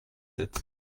sept